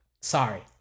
sorry